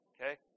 Okay